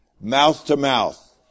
mouth-to-mouth